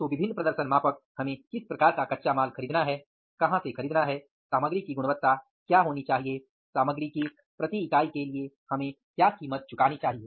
तो विभिन्न प्रदर्शन मापक हमें किस प्रकार का कच्चा माल खरीदना है कहां से खरीदना है सामग्री की गुणवत्ता क्या होनी चाहिए सामग्री की प्रति इकाई के लिए हमें क्या कीमत चुकानी चाहिए